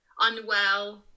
unwell